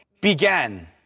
began